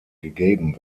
gegeben